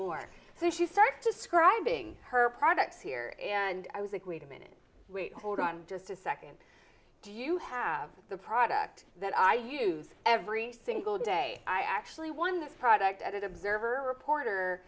more so she started scribing her products here and i was like wait a minute wait hold on just a second do you have the product that i use every single day i actually won this product at that observer reporter